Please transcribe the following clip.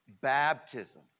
baptism